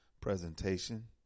presentation